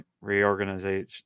reorganization